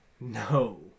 No